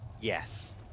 Yes